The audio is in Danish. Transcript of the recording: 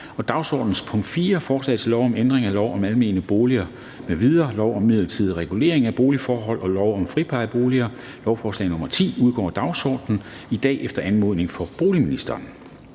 dagsordenens punkt 4, forslag til lov om ændring af lov om almene boliger m.v., lov om midlertidig regulering af boligforholdene og lov om friplejeboliger (lovforslag nr. L 10), udgår af dagsordenen i dag efter anmodning fra boligministeren.